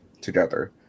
together